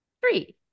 three